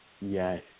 Yes